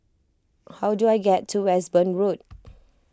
how do I get to Westbourne Road